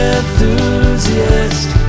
enthusiast